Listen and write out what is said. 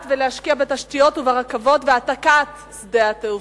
ולהשקיע בתשתיות וברכבות ובהעתקת שדה התעופה.